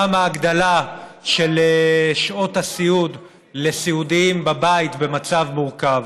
גם ההגדלה של שעות הסיעוד לסיעודיים בבית במצב מורכב.